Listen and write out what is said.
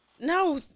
No